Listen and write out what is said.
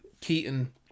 Keaton